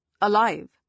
alive